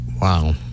Wow